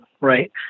right